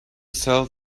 sell